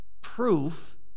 proof